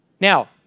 Now